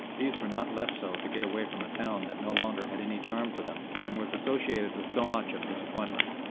these were not less so to get away from a town that no longer had any charm for them, and was associated with so much of disappointment.